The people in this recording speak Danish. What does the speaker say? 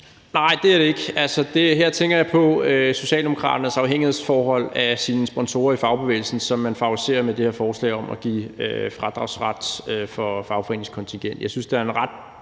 Nej, det er det ikke. Her tænker jeg på Socialdemokraternes afhængighedsforhold til sine sponsorer i fagbevægelsen, som man favoriserer med det her forslag om at give fradragsret for fagforeningskontingent.